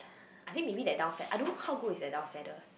I think maybe their down feath~ I don't know how good is their down feather